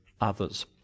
others